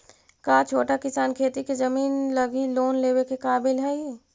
का छोटा किसान खेती के जमीन लगी लोन लेवे के काबिल हई?